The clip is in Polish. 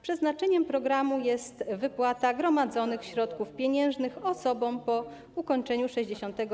Przeznaczeniem programu jest wypłata gromadzonych środków pieniężnych osobom po ukończeniu 60